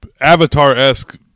Avatar-esque